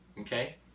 okay